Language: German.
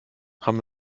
haben